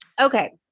Okay